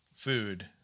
food